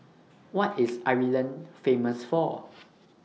What IS Ireland Famous For